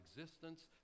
existence